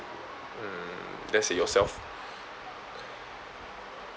mm let's say yourself